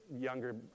younger